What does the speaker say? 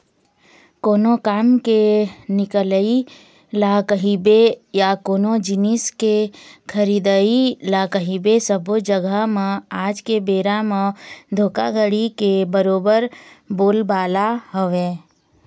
कोनो काम के निकलई ल कहिबे या कोनो जिनिस के खरीदई ल कहिबे सब्बो जघा म आज के बेरा म धोखाघड़ी के बरोबर बोलबाला हवय